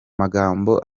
magambo